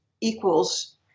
equals